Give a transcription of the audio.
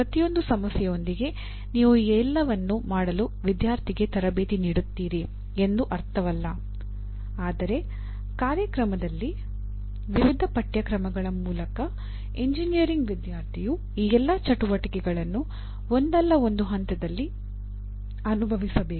ಪ್ರತಿಯೊಂದು ಸಮಸ್ಯೆಯೊಂದಿಗೆ ನೀವು ಈ ಎಲ್ಲವನ್ನು ಮಾಡಲು ವಿದ್ಯಾರ್ಥಿಗೆ ತರಬೇತಿ ನೀಡುತ್ತೀರಿ ಎಂದು ಅರ್ಥವಲ್ಲ ಆದರೆ ಕಾರ್ಯಕ್ರಮದಲ್ಲಿ ವಿವಿಧ ಪಠ್ಯಕ್ರಮಗಳ ಮೂಲಕ ಎಂಜಿನಿಯರಿಂಗ್ ವಿದ್ಯಾರ್ಥಿಯು ಈ ಎಲ್ಲಾ ಚಟುವಟಿಕೆಗಳನ್ನು ಒಂದಲ್ಲ ಒಂದು ಹಂತದಲ್ಲಿ ಅನುಭವಿಸಬೇಕು